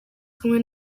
kumwe